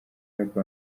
y’uko